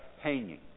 hanging